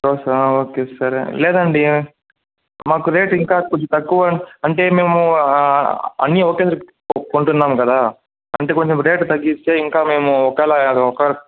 రోసా okay సరే లేదండీ మాకు రేటు ఇంకా కొద్ది తక్కువ అంటే మేము అన్నీ ఒకేసారి కొంటున్నాము కదా అంటే కొంచెం రేటు తగ్గిస్తే ఇంకా మేము ఒకవేళ ఓక